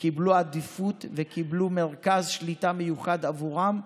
הם קיבלו עדיפות וקיבלו מרכז שליטה מיוחד בעבורם.